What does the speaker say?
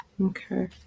okay